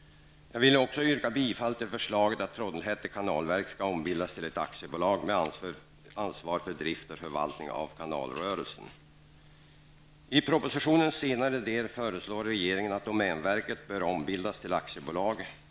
Jag vill också yrka bifall till förslaget att Trollhätte kanalverk skall ombildas till ett aktiebolag med ansvar för drift och förvaltning av kanalrörelsen. I propositionens senare del föreslår regeringen att domänverket skall ombildas till aktiebolag.